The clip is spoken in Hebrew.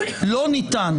לא ניתן